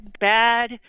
bad